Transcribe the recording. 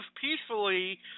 peacefully